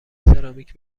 سرامیک